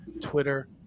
Twitter